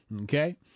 Okay